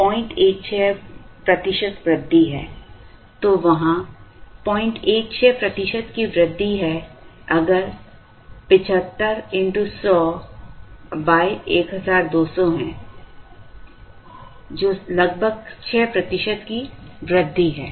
तो वहाँ 016 प्रतिशत की वृद्धि है अगर 75 x1001200 है जो लगभग 6 प्रतिशत की वृद्धि है